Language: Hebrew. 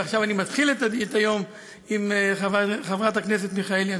ועכשיו אני מתחיל את היום עם חברת הכנסת מיכאלי.